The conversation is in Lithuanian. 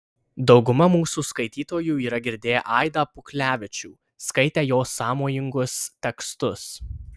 dauguma mūsų skaitytojų yra girdėję aidą puklevičių skaitę jo sąmojingus tekstus